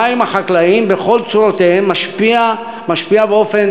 המים החקלאיים בכל צורותיהם משפיעים באופן